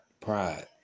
Pride